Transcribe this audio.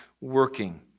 working